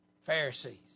Pharisees